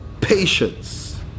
patience